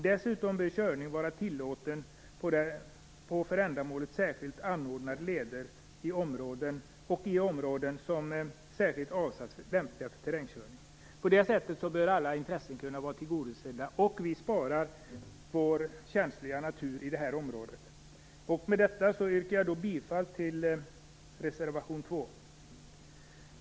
Dessutom bör körning vara tillåten på för ändamålet särskilt anordnade leder och i områden som särskilt avsatts som lämpliga för terrängkörning. På det sättet bör alla intressen kunna vara tillgodosedda, och vi sparar vår känsliga natur i det här området. Med detta yrkar jag bifall till reservation 2.